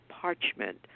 parchment